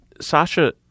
Sasha